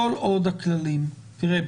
כל עוד הכללים תראה,